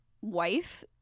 wife